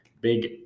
big